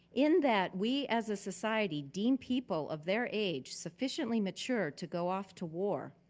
in that, we as a society deem people of their age sufficiently mature to go off to war.